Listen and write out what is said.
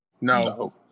No